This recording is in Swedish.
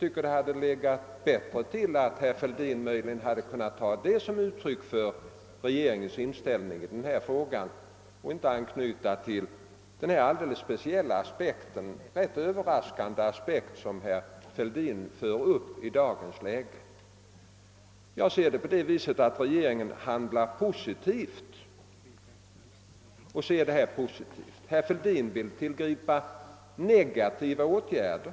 Herr Fälldin borde ha tagit det som ett uttryck för regeringens inställning i denna fråga i stället för att anknyta till detta alldeles speciella och rätt överraskande förslag, som han tar upp i dag. Jag ser det hela så att regeringen handlar positivt, medan herr Fälldin vill tillgripa negativa åtgärder.